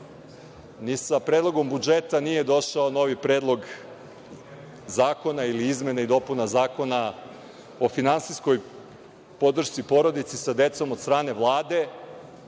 ni sa Predlogom budžeta nije došao novi predlog zakona ili izmena i dopuna Zakona o finansijskoj podršci porodici sa decom od strane Vlade